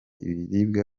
ibiribwa